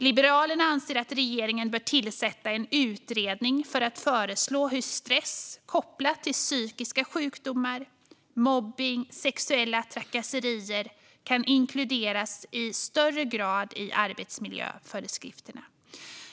Liberalerna anser att regeringen bör tillsätta en utredning för att föreslå hur stress kopplat till psykiska sjukdomar, mobbning och sexuella trakasserier kan inkluderas i större grad i arbetsmiljöföreskrifterna.